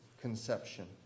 conception